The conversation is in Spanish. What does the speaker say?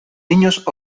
niños